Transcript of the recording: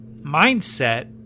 mindset